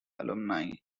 alumni